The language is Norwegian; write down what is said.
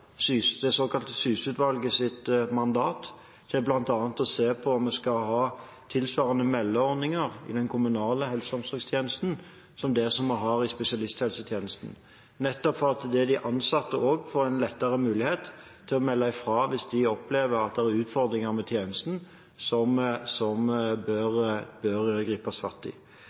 det såkalte Syse-utvalgets mandat til bl.a. å se på om vi skal ha tilsvarende meldeordninger i den kommunale helse- og omsorgstjenesten som vi har i spesialisthelsetjenesten, nettopp for at de ansatte også lettere kan melde fra hvis de opplever at det er utfordringer med tjenesten som det bør gripes fatt i.